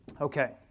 Okay